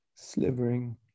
slivering